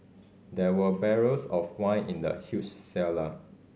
there were barrels of wine in the huge cellar